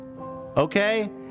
Okay